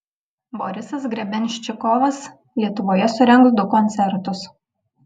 borisas grebenščikovas lietuvoje surengs du koncertus